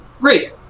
Great